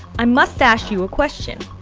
i mustache you a question.